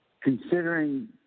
considering